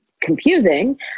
confusing